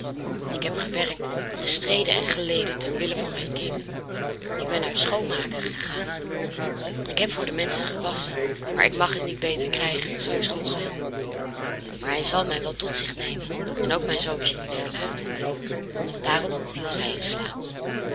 ik heb gewerkt gestreden en geleden ter wille van mijn kind ik ben uit schoonmaken gegaan ik heb voor de menschen gewasschen maar ik mag het niet beter krijgen zoo is gods wil maar hij zal mij wel tot zich nemen en ook mijn zoontje niet verlaten daarop viel zij in slaap